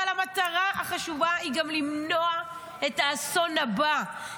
אבל המטרה החשובה היא גם למנוע את האסון הבא,